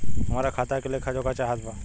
हमरा खाता के लेख जोखा चाहत बा?